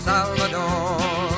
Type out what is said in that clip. Salvador